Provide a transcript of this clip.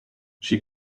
she